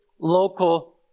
local